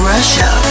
Russia